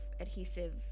adhesive